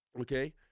okay